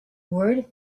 word